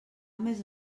més